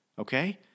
Okay